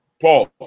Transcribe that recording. Pause